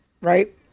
right